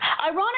Ironic